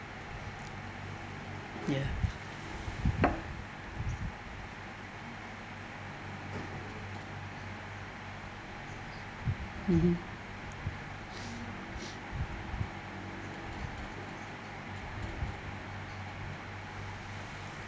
ya mmhmm